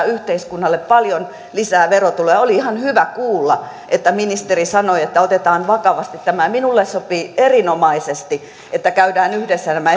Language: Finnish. yhteiskunnalle paljon lisää verotuloja oli ihan hyvä kuulla että ministeri sanoi että otetaan vakavasti tämä minulle sopii erinomaisesti että käydään yhdessä nämä